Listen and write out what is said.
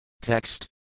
Text